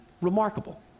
remarkable